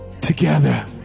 together